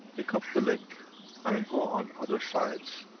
pick up the link and and go on other sites,